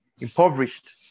impoverished